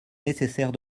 nécessaire